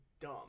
dumb